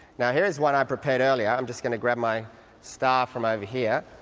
yeah here is what i prepared earlier. i'm just going to grab my star from over here.